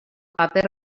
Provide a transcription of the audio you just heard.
paper